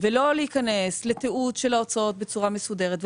ולא להיכנס לתיעוד ההוצאות בצורה מסודרת,